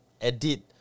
edit